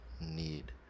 need